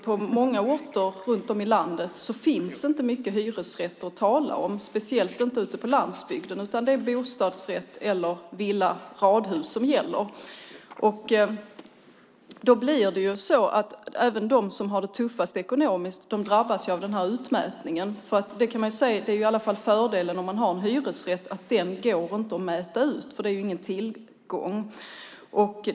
På många orter runt om i landet finns det inte heller mycket hyresrätter att tala om, speciellt inte ute på landsbygden, utan det är bostadsrätt, villa eller radhus som gäller. Då drabbas även de som har det tuffast ekonomiskt av den här utmätningen. Det kan man se. Fördelen med att ha en hyresrätt är att den inte går att mäta ut, för det är ingen tillgång.